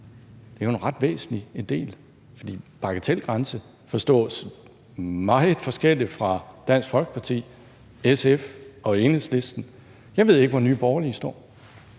Det er jo en ret væsentlig del, for en bagatelgrænse forstås meget forskelligt af Dansk Folkeparti, SF og Enhedslisten. Jeg ved ikke, hvor Nye Borgerlige står.